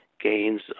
gains